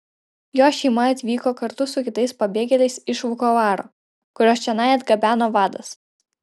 jos šeima atvyko kartu su kitais pabėgėliais iš vukovaro kuriuos čionai atgabeno vadas